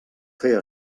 fer